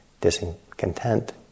discontent